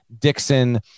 Dixon